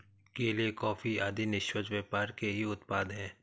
केले, कॉफी आदि निष्पक्ष व्यापार के ही उत्पाद हैं